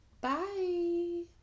Bye